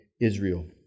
Israel